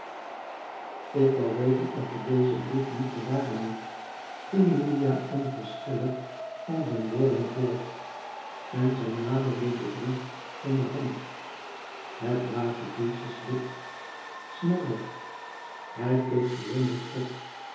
ik wou weten of je dezen brief niet bewaren moet ging milia onverschillig ora zijn woorden voort en zij naderde den brief in de hand het hagedisje slipte snel weg hij keek verwonderd op